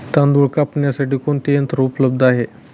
तांदूळ कापण्यासाठी कोणते यंत्र उपलब्ध आहे?